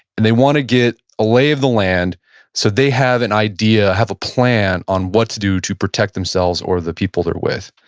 and they want to get a lay of the land so they have an idea, have a plan on what to do to protect themselves or the people they're with